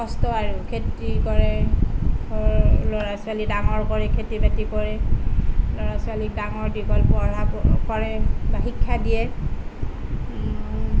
কষ্ট আৰু খেতি কৰে ঘৰৰ ল'ৰা ছোৱালী ডাঙৰ কৰি খেতি বাতি কৰে ল'ৰা ছোৱালী ডাঙৰ দীঘল পঢ়া কৰে বা শিক্ষা দিয়ে